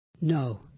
No